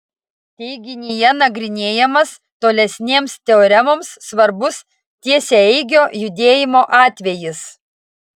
teiginyje nagrinėjamas tolesnėms teoremoms svarbus tiesiaeigio judėjimo atvejis